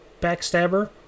Backstabber